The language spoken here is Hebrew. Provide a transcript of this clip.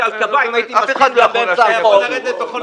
כאשר הייתי נכה על קביים הייתי יכול לרדת מהמכונית.